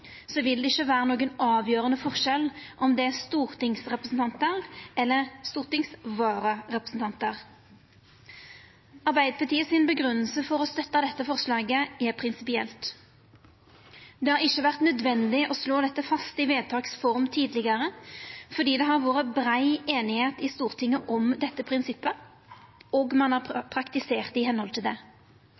vil det ikkje vera nokon avgjerande forskjell om det er stortingsrepresentantar eller stortingsvararepresentantar. Arbeidarpartiets grunngjeving for å støtta dette forslaget er prinsipiell. Det har ikkje vore nødvendig å slå dette fast i form av eit vedtak tidlegare, fordi det har vore brei einigheit i Stortinget om dette prinsippet, og ein har praktisert i samsvar med det.